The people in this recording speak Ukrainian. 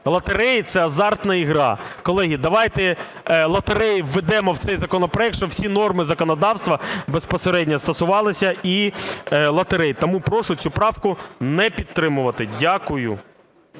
лотерея – це азартна гра. Колеги, давайте лотереї введемо в цей законопроект, щоб всі норми законодавства безпосередньо стосувалися і лотерей. Тому прошу цю правку не підтримувати. Дякую.